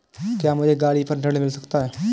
क्या मुझे गाड़ी पर ऋण मिल सकता है?